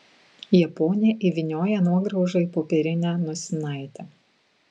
japonė įvynioja nuograužą į popierinę nosinaitę